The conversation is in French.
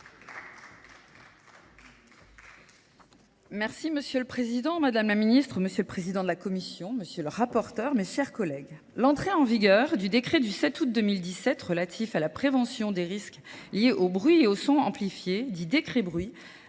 Merci M. le Président, Mme la Ministre, M. le Président de la Commission, M. le Rapporteur, mes chers collègues. L'entrée en vigueur du décret du 7 août 2017 relatif à la prévention des risques liés au bruit et au son amplifié, dit décret bruit,